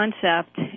concept